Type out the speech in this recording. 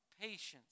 patience